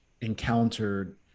encountered